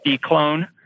clone